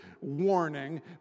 warning